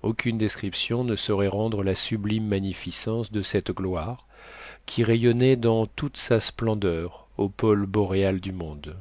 aucune description ne saurait rendre la sublime magnificence de cette gloire qui rayonnait dans toute sa splendeur au pôle boréal du monde